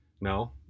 No